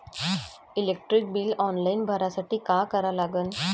Electric bill online भरासाठी का करा लागन?